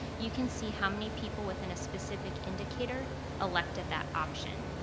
you can see how many people within a specific indicator elected that option.